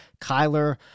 Kyler